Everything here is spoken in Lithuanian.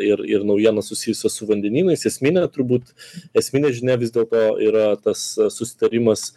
ir ir naujienas susijusias su vandenynais esminė turbūt esminė žinia vis dėlto yra tas susitarimas